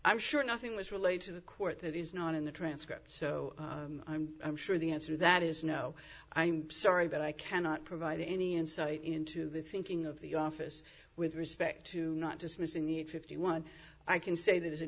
i'm sure nothing was relayed to the court that is not in the transcript so i'm sure the answer to that is no i'm sorry but i cannot provide any insight into the thinking of the office with respect to not dismissing the need fifty one i can say that as a